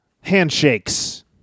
handshakes